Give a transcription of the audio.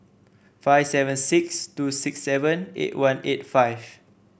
five seven six two six seven eight one eight five